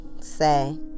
say